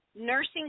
nursing